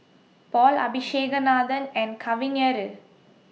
Paul Abisheganaden and Kavignareru